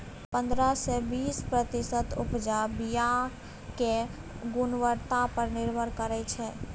पंद्रह सँ बीस प्रतिशत उपजा बीयाक गुणवत्ता पर निर्भर करै छै